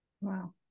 Wow